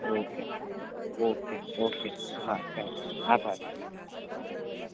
okay okay okay હા okay આભાર